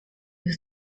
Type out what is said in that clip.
was